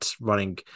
running